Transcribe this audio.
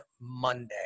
Monday